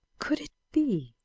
could it be,